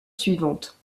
suivante